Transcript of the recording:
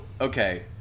okay